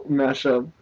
mashup